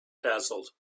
dazzled